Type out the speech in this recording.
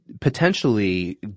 potentially